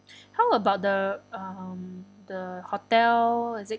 how about the um the hotel is it